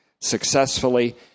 successfully